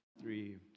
three